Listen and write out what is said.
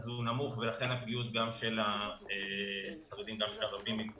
אז מספר המפרנסים הוא נמוך בקרב החרדים והערבים.